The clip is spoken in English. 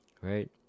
right